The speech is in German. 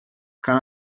kann